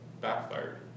backfired